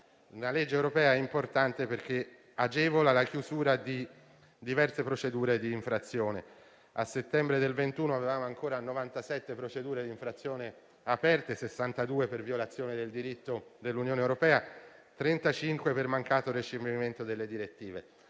una legge europea importante perché agevola la chiusura di diverse procedure di infrazione. A settembre 2021 vi erano ancora 97 procedure di infrazione aperte, delle quali 62 per violazioni del diritto dell'Unione europea e 35 per il mancato recepimento delle direttive.